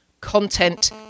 content